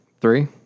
Three